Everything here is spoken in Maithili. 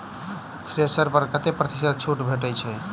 थ्रेसर पर कतै प्रतिशत छूट भेटय छै?